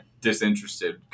disinterested